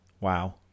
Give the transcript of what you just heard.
Wow